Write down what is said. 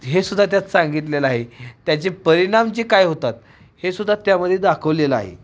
हे सुद्धा त्यात सांगितलेलं आहे त्याचे परिणाम जे काय होतात हे सुद्धा त्यामध्ये दाखवलेलं आहे